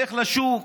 לך לשוק,